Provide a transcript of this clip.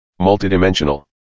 Multidimensional